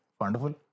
Wonderful